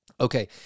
Okay